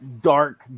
dark